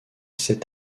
s’est